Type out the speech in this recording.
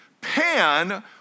Pan